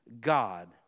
God